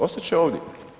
Ostat će ovdje.